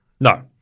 No